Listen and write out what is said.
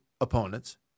opponents